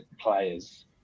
players